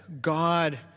God